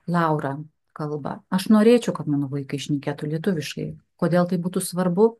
laura kalba aš norėčiau kad mano vaikai šnekėtų lietuviškai kodėl tai būtų svarbu